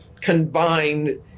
combined